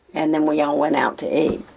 and then we all went out to eat.